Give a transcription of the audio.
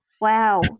Wow